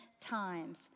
times